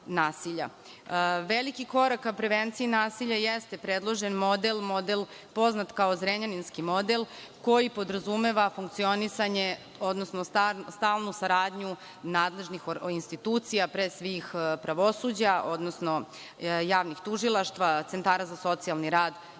korak ka prevenciji nasilja jeste predložen model, model poznat kao Zrenjaninski model koji podrazumeva funkcionisanje, odnosno stalnu saradnju nadležnih institucija, pre svih pravosuđa, odnosno javnih tužilaštva, centara za socijalni rad